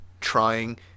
trying